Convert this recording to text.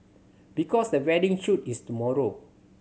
because the wedding shoot is tomorrow